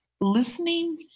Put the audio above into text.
listening